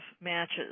matches